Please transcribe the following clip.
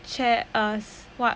chair err what